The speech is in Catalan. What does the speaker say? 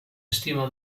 estima